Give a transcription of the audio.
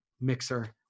mixer